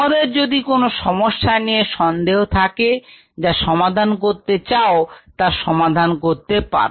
তোমাদের যদি কোনো সমস্যা নিয়ে সন্দেহ থাকে যা সমাধান করতে চাও তা সামাধান করতে পার